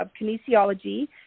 Kinesiology